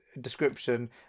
description